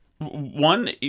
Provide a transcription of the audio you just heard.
one